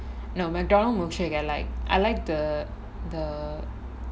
no McDonald's milkshake I like I like the